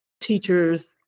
teachers